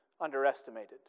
underestimated